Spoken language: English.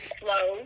slow